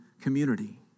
community